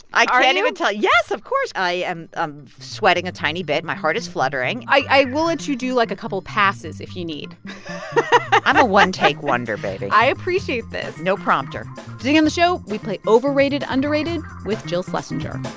i can't even tell yes, of course. i am sweating a tiny bit. my heart is fluttering i will let you do, like, a couple passes if you need i'm a one-take wonder, baby i appreciate this no prompter today on the show, we play overrated underrated with jill schlesinger